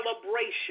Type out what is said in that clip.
celebration